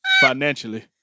financially